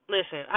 Listen